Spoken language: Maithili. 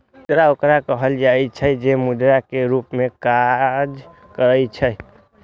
मुद्रा ओकरा कहल जाइ छै, जे मुद्रा के रूप मे काज करै छै